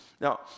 Now